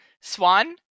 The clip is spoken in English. Swan